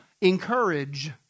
encourage